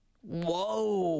Whoa